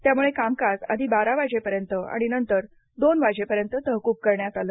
त्यामुळे कामकाज आधी बारा वाजेपर्यंत आणि नंतर दोन वाजेपर्यंत तहकूब करण्यात आलं